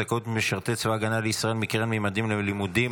זכאות משרתי צבא ההגנה לישראל מקרן "ממדים ללימודים"),